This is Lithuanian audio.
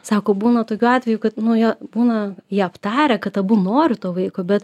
sako būna tokių atvejų kad nu jo būna jį aptarę kad abu nori to vaiko bet